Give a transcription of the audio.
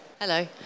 Hello